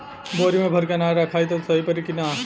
बोरी में भर के अनाज रखायी त सही परी की ना?